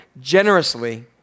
generously